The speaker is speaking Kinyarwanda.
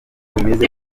bimeze